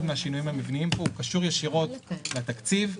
מהשינויים המבניים פה קשור ישירות לתקציב,